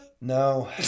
No